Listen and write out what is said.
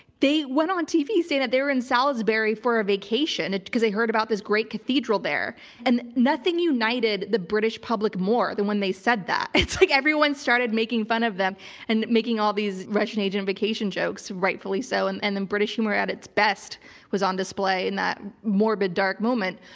they went on tv saying that they were in salisbury for a vacation because they heard about this great cathedral there and nothing united the british public more than when they said that, it's like everyone started making fun of them and making all these russian agent vacation jokes. rightfully so, and and then british humor at its best was on display in that morbid dark moment.